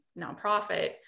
nonprofit